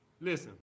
listen